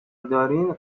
دارین